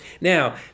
Now